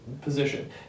position